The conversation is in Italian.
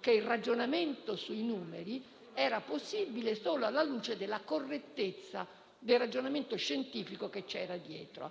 che il ragionamento sui numeri era possibile solo alla luce della correttezza del ragionamento scientifico che c'era dietro,